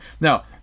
now